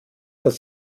dass